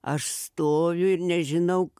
aš stoviu ir nežinau